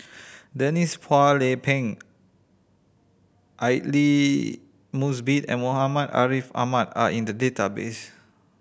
Denise Phua Lay Peng Aidli Mosbit and Muhammad Ariff Ahmad are in the database